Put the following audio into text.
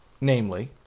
namely